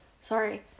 Sorry